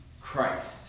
Christ